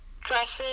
dresses